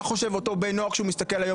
מה חושב אותו בן נוער כשהוא מסתכל היום